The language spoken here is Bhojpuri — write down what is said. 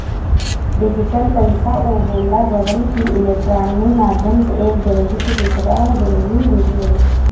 डिजिटल पईसा उ होला जवन की इलेक्ट्रोनिक माध्यम से एक जगही से दूसरा जगही भेजल जाला